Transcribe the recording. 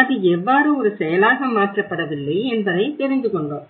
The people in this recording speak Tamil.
அது எவ்வாறு ஒரு செயலாக மாற்றப்படவில்லை என்பதை தெரிந்து கொண்டோம்